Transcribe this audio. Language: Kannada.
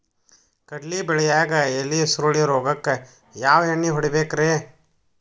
ಕಡ್ಲಿ ಬೆಳಿಯಾಗ ಎಲಿ ಸುರುಳಿ ರೋಗಕ್ಕ ಯಾವ ಎಣ್ಣಿ ಹೊಡಿಬೇಕ್ರೇ?